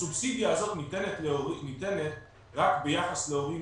הסובסידיה הזאת ניתנת רק ביחס להורים